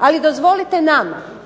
Ali dozvolite nama